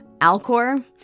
Alcor